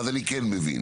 אז אני כן מבין.